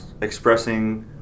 expressing